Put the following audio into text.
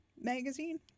magazine